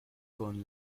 con